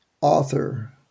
Author